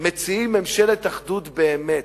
מציעים ממשלת אחדות באמת,